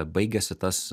baigiasi tas